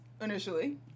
initially